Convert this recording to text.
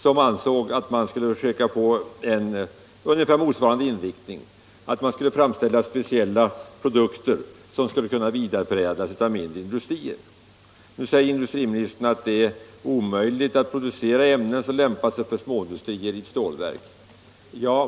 Han ansåg att man skulle försöka med ungefär motsvarande inriktning, att man skulle framställa speciella produkter som skulle kunna vidareförädlas av mindre industrier. Nu säger industriministern att det är omöjligt att framställa produkter i stålverk som lämpar sig för småindustrier.